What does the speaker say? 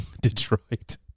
Detroit